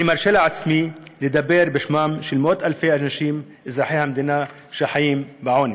אני מרשה לעצמי לדבר בשמם של מאות אלפי אנשים אזרחי המדינה שחיים בעוני.